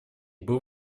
был